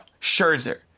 Scherzer